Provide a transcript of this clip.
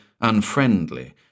unfriendly